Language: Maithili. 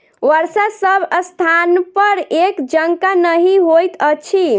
वर्षा सभ स्थानपर एक जकाँ नहि होइत अछि